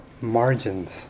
margins